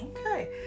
Okay